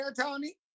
Tony